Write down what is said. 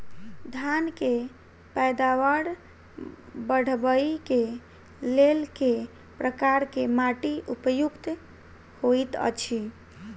धान केँ पैदावार बढ़बई केँ लेल केँ प्रकार केँ माटि उपयुक्त होइत अछि?